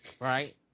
Right